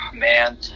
man